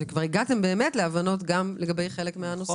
כי כבר הגעתם להבנות לגבי חלק מהנושאים.